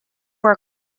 were